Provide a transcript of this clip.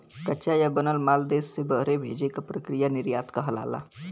कच्चा या बनल माल देश से बहरे भेजे क प्रक्रिया निर्यात कहलाला